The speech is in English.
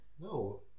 No